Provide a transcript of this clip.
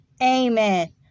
Amen